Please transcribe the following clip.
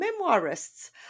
memoirists